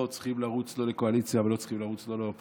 צריכים לרוץ לא לקואליציה ולא לאופוזיציה,